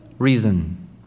Reason